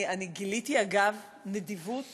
אני גיליתי, אגב, נדיבות